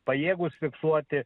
pajėgūs fiksuoti